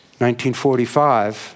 1945